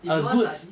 they don't want study